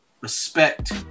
respect